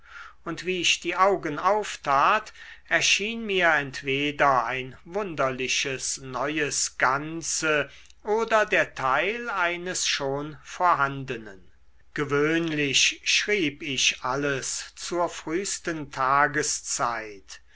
und wie ich die augen auftat erschien mir entweder ein wunderliches neues ganze oder der teil eines schon vorhandenen gewöhnlich schrieb ich alles zur frühsten tageszeit